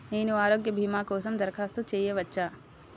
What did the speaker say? నేను ఆరోగ్య భీమా కోసం దరఖాస్తు చేయవచ్చా?